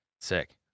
sick